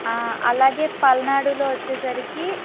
అలాగే పల్నాడులో వచ్చేసరికి